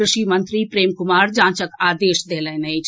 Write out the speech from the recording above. कॄषि मंत्री प्रेम कुमार जांचक आदेश देलनि अछि